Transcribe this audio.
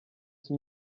yesu